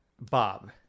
Bob